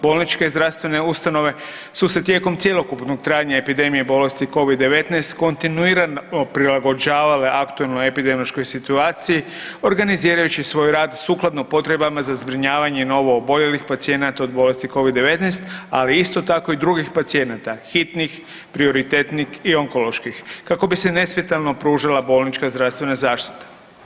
Bolničke i zdravstvene ustanove su se tijekom cjelokupnog trajanja epidemije bolesti Covid-19 kontinuirano prilagođavale aktualnoj epidemiološkoj situaciji organizirajući svoj rad sukladno potrebama za zbrinjavanje novooboljelih pacijenata od bolesti Covid-19, ali isto tako i drugih pacijenata, hitnih, prioritetnih i onkoloških kako bi se nesmetano pružala bolnička i zdravstvena zaštita.